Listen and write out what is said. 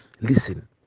listen